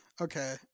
Okay